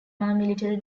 military